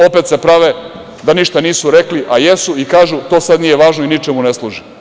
Opet se prave da ništa nisu rekli, a jesu, i kažu – to sad nije važno i ničemu ne služi.